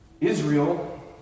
Israel